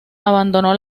abandonó